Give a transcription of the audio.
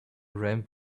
ramp